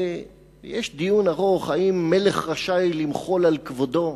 יש דיון ארוך אם המלך רשאי למחול על כבודו.